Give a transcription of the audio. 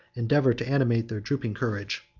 endeavored to animate their drooping courage.